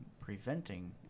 preventing